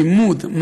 לימוד,